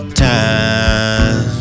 time